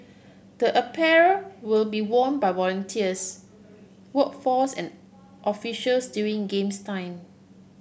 the apparel will be worn by volunteers workforce and officials during games time